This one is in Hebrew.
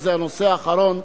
וזה הנושא האחרון,